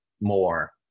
more